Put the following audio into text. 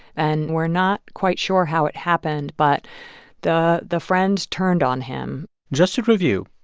and we're not quite sure how it happened but the the friend turned on him just to review,